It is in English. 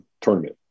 tournament